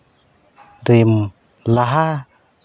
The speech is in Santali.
ᱨᱤᱱ ᱞᱟᱦᱟ